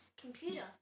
computer